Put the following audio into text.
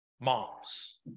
moms